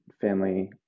family